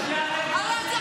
בעד?